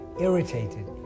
irritated